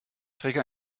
träger